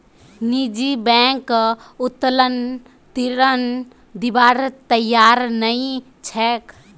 निजी बैंक उत्तोलन ऋण दिबार तैयार नइ छेक